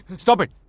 stop it.